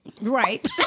Right